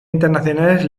internacionales